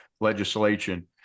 legislation